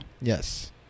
Yes